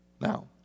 Now